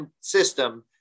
system